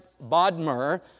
Bodmer